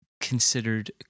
Considered